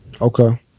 Okay